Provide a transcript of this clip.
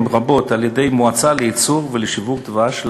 רבות על-ידי המועצה לייצור ולשיווק דבש,